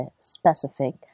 specific